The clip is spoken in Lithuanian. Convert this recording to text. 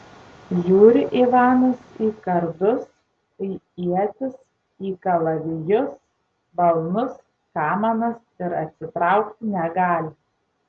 žiūri ivanas į kardus į ietis į kalavijus balnus kamanas ir atsitraukti negali